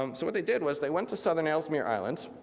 um so what they did was, they went to southern ellesmere island,